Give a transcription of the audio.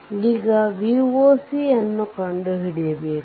ಈಗ Voc ನ್ನು ಕಂಡುಹಿಡಿಯಬೇಕು